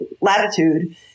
latitude